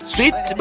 Sweet